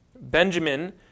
Benjamin